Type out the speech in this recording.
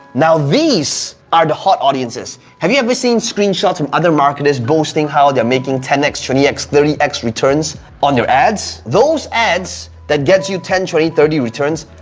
now these are the hot audiences. have you ever seen screenshots of and other marketers boasting how they're making ten x, twenty x, thirty x returns on their ads? those ads that gets you ten, twenty, thirty returns,